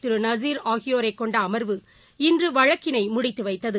திரு நலீர் ஆகியோரைக் கொண்ட அமர்வு இன்று வழக்கினை முடித்து வைத்தது